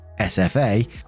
sfa